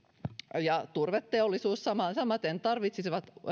ja ja turveteollisuus samaten tarvitsisivat